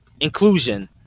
Inclusion